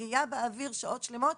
בהייה באוויר שעות שלמות.